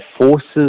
forces